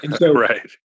Right